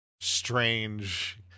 strange